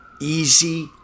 easy